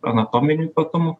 anatominių ypatumų